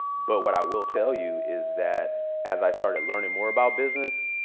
but what i will tell you is that as i started learning more about business,